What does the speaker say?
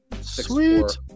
Sweet